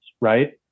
right